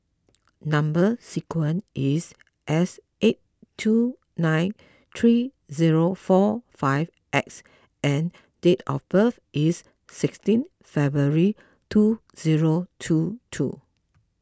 Number Sequence is S eight two nine three zero four five X and date of birth is sixteen February two zero two two